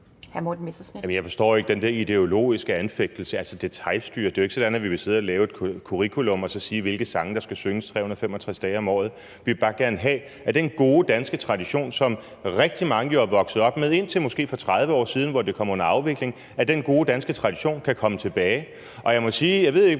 altså at vi vil detailstyre. Det er jo ikke sådan, at vi vil sidde og lave et curriculum og sige, hvilke sange der skal synges 365 dage om året. Vi vil bare gerne have, at den gode danske tradition, som rigtig mange jo er vokset op med, indtil måske for 30 år siden, hvor det kom under afvikling, kan komme tilbage. Og jeg må